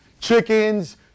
chickens